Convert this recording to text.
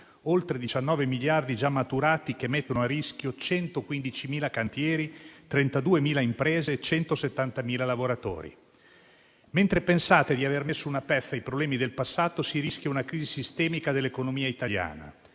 oltre 19 miliardi già maturati che mettono a rischio 115.000 cantieri, 32.000 imprese e 170.000 lavoratori. Mentre pensate di aver messo una pezza ai problemi del passato, si rischia una crisi sistemica dell'economia italiana.